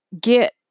get